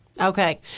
Okay